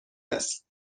است